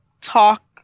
talk